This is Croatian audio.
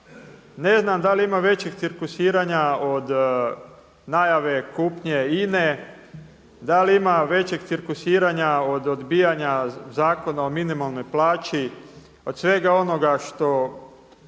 ne znam da li ima većeg cirkusiranja od najave kupnje INA-e, da li ima većeg cirkusiranja od odbijanja zakona o minimalnoj plaći od svega onoga što